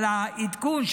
אבל העדכון,